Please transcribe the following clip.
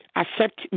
accept